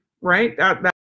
right